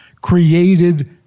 created